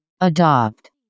adopt